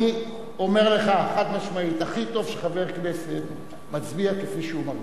אני אומר לך חד-משמעית: הכי טוב שחבר כנסת מצביע כפי שהוא מרגיש.